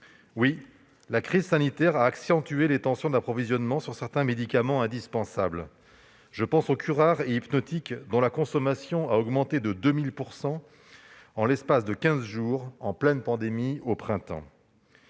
Oui, la crise sanitaire a accentué les tensions d'approvisionnement sur certains médicaments indispensables ! Je pense aux curares et aux hypnotiques, dont la consommation a augmenté de 2 000 % en l'espace de quinze jours, en pleine pandémie, au printemps.